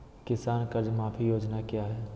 किसान कर्ज माफी योजना क्या है?